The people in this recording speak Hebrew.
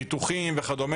ביטוחים וכדו',